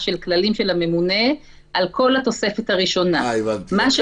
הכללים של הממונה לגבי כל התוספת הראשונה.